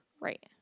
Right